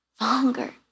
longer